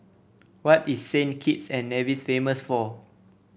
what is Saint Kitts and Nevis famous for